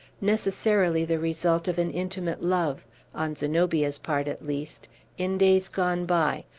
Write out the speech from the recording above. necessarily the result of an intimate love on zenobia's part, at least in days gone by,